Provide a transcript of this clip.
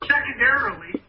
Secondarily